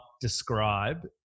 describe